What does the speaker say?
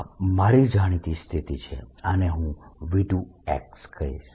આ મારી જાણીતી સ્થિતિ છે આને હું V2 કહીશ